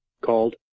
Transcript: called